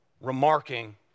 remarking